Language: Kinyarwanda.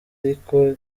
ariko